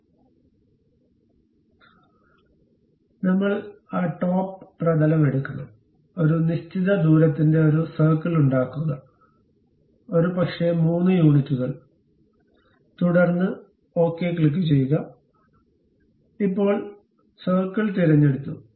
അതിനാൽ നമ്മൾ ആ ടോപ്പ് പ്രതലം എടുക്കണം ഒരു നിശ്ചിത ദൂരത്തിന്റെ ഒരു സർക്കിൾ ഉണ്ടാക്കുക ഒരുപക്ഷേ 3 യൂണിറ്റുകൾ തുടർന്ന് ശരി ക്ലിക്കുചെയ്യുക ഇപ്പോൾ സർക്കിൾ തിരഞ്ഞെടുത്തു